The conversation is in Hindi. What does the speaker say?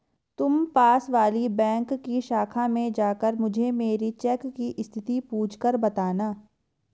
तुम पास वाली बैंक की शाखा में जाकर मुझे मेरी चेक की स्थिति पूछकर बताना